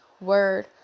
word